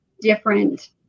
different